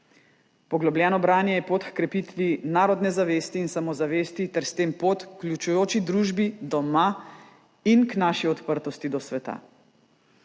Poglobljeno branje je pot h krepitvi narodne zavesti in samozavesti ter s tem pot k vključujoči družbi doma in k naši odprtosti do sveta.